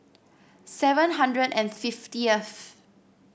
seven hundred and fiftieth